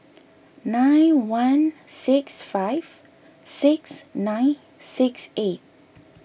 nine one six five six nine six eight